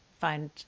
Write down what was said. find